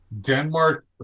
Denmark